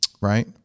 Right